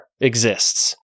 Exists